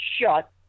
shut